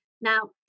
Now